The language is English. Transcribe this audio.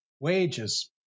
wages